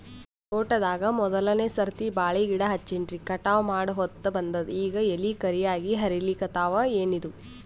ತೋಟದಾಗ ಮೋದಲನೆ ಸರ್ತಿ ಬಾಳಿ ಗಿಡ ಹಚ್ಚಿನ್ರಿ, ಕಟಾವ ಮಾಡಹೊತ್ತ ಬಂದದ ಈಗ ಎಲಿ ಕರಿಯಾಗಿ ಹರಿಲಿಕತ್ತಾವ, ಏನಿದು?